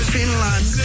Finland